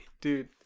dude